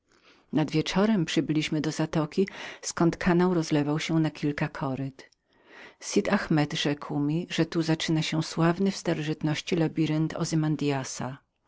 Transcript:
nad wieczorem przybyliśmy do zatoki zkąd kanał rozlewał się na kilka koryt sud ahmet rzekł mi że tu zaczynał się sławny w starożytności